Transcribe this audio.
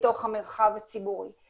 את רובם אני מכיר.